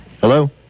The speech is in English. Hello